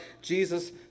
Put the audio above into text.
Jesus